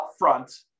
upfront